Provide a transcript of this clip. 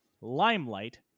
Limelight